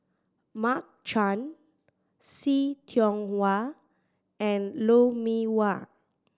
Mark Chan See Tiong Wah and Lou Mee Wah